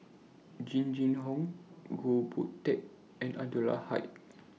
Jing Jun Hong Goh Boon Teck and Anwarul Haque